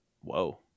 Whoa